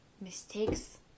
mistakes